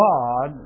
God